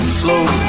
slow